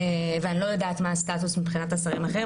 אני לא יודעת מה הסטטוס מבחינת השרים האחרים,